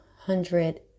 hundred